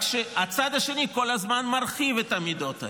רק שהצד השני כל הזמן מרחיב את המידות האלה.